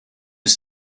was